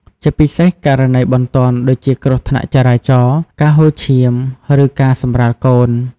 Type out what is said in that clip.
ជាពិសេសករណីបន្ទាន់ដូចជាគ្រោះថ្នាក់ចរាចរណ៍ ការហូរឈាម ឬការសម្រាលកូន។